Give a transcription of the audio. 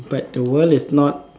but the world is not